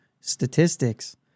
statistics